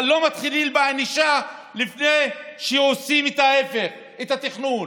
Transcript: אבל לא מתחילים בענישה לפני שעושים את התכנון.